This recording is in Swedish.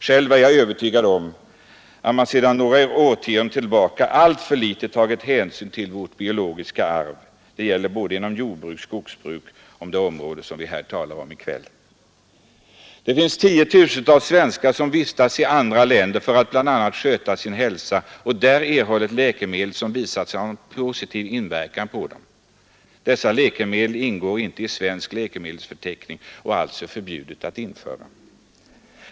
Själv är jag övertygad om att man sedan några årtionden tillbaka alltför litet har tagit hänsyn till vårt biologiska arv. Det gäller både inom jordbruk och skogsbruk samt det område vi här talar om. Tiotusentals svenskar har vistats i andra länder för att bl.a. sköta sin hälsa. De har där erhållit läkemedel som visat sig ha en positiv inverkan på dem. Dessa läkemedel ingår inte i svensk läkemedelsförteckning och är alltså förbjudna att införa.